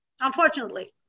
unfortunately